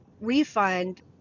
refund